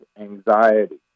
anxiety